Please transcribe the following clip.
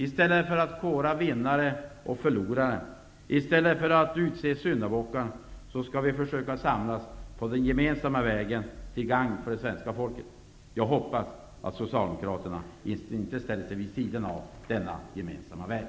I stället för att kora vinnare och förlorare, i stället för att utse syndabockar skall vi försöka samlas på den gemensamma vägen till gagn för det svenska folket. Jag hoppas att Socialdemokraterna inte ställer sig vid sidan av denna gemensamma väg.